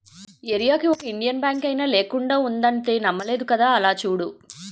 ఏరీయాకి ఒక ఇండియన్ బాంకైనా లేకుండా ఉండదంటే నమ్మలేదు కదా అలా చూడు